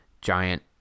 giant